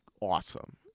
awesome